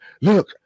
look